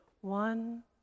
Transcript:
one